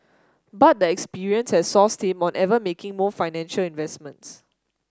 but the experience has soured him on ever making more financial investments